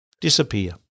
disappear